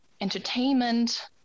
entertainment